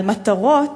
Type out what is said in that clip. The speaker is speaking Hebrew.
על מטרות,